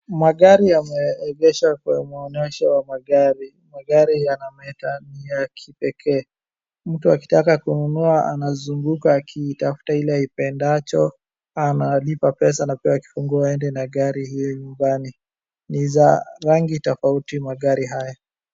Magari yameegeshwa kwa maonyesha ya magari. Magari yanameta, ni ya kipekee. Mtu akitaka kununua, anazunguka akiitafuta ile aipendacho, analipa pesa anapewa kifunguo aede na gari hio nyumbani. Ni za rangi tofauti magari haya.